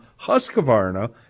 Husqvarna